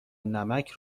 نمک